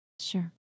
Sure